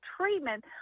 treatment